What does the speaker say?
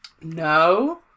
No